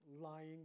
lying